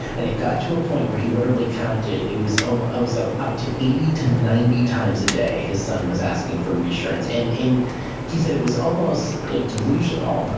and it got to a point where he literally counted, it was um ah was ah up to eighty to ninety times a day his son was asking for reassurance. and he said it was almost like delusional. um